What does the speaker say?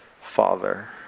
Father